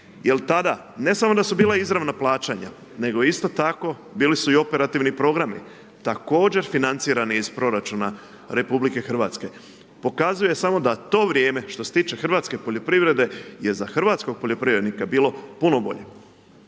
Jel tada, ne samo da su bila izravna plaćanja, nego isto tako bili su i operativni programi, također financirani iz proračuna RH. Pokazuje samo da to vrijeme što se tiče hrvatske poljoprivrede je za hrvatskog poljoprivrednika bilo puno bolje.